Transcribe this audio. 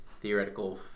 theoretical